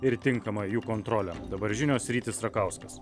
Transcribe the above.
ir tinkama jų kontrolė dabar žinios rytis rakauskas